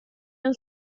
non